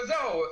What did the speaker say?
וזהו,